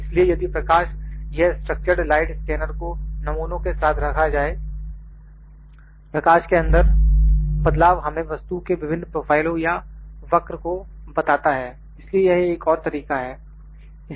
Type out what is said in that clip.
इसलिए यदि प्रकाश यह स्ट्रक्चरड लाइट स्कैनर को नमूनों के साथ रखा जाए प्रकाश के अंदर बदलाव हमें वस्तु के विभिन्न प्रोफाइलों या वक्र को बताता है इसलिए यह एक और तरीका है